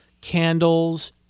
candles